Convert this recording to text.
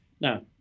Now